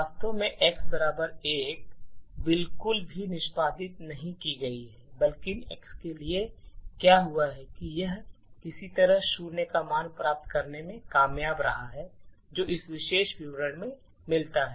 वास्तव में x 1 बिल्कुल भी निष्पादित नहीं की गई है बल्कि x के लिए क्या हुआ है कि यह किसी तरह शून्य का मान प्राप्त करने में कामयाब रहा है जो इस विशेष विवरण से मिलता है